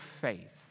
faith